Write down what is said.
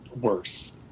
worse